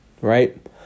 right